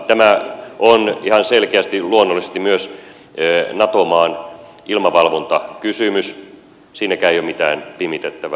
tämä on ihan selkeästi luonnollisesti myös nato maan ilmavalvontakysymys siinäkään ei ole mitään pimitettävää